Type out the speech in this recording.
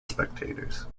spectators